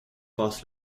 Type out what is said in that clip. passe